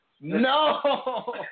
No